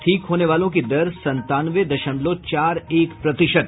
ठीक होने वालों की दर संतानवे दशमलव चार एक प्रतिशत